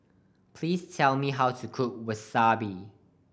please tell me how to cook Wasabi